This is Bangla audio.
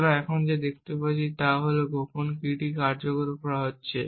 সুতরাং আমরা এখানে যা দেখতে পাচ্ছি তা হল যে গোপন কীটি কার্যকর করা হচ্ছে